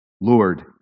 Lord